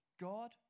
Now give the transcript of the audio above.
God